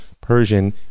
Persian